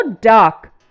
dark